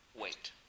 wait